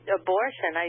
abortion